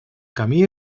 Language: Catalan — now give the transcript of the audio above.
camí